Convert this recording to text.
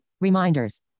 reminders